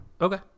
Okay